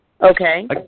okay